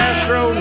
Astro